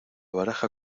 baraja